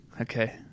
okay